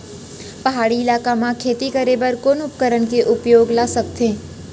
पहाड़ी इलाका म खेती करें बर कोन उपकरण के उपयोग ल सकथे?